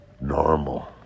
normal